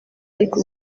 ariko